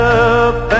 up